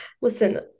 listen